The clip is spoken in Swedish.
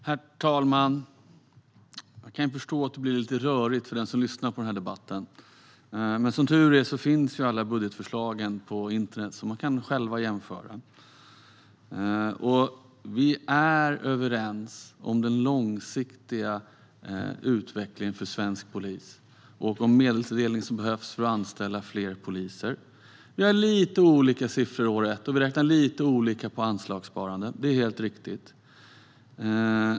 Herr talman! Jag kan förstå att det blir rörigt för den som lyssnar på debatten. Men som tur är finns alla budgetförslagen på internet, så man kan själv jämföra. Vi är överens om den långsiktiga utvecklingen för svensk polis och om medelsfördelningen som behövs för att anställa fler poliser. Vi har lite olika siffror år ett, och vi räknar lite olika på anslagssparandet; det är helt riktigt.